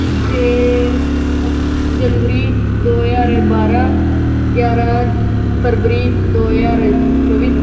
ਛੇ ਜਨਵਰੀ ਦੋ ਹਜ਼ਾਰ ਬਾਰ੍ਹਾਂ ਗਿਆਰ੍ਹਾਂ ਫਰਵਰੀ ਦੋ ਹਜ਼ਾਰ ਚੌਵੀ